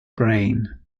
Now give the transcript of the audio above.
brain